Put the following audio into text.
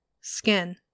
Skin